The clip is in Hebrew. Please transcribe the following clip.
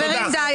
חברים, די.